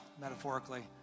metaphorically